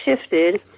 shifted